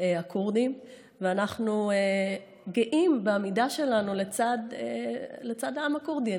הכורדים ואנחנו גאים בעמידה שלנו לצד העם הכורדי.